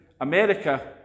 America